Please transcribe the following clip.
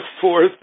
fourth